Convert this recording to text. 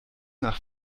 nach